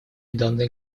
данные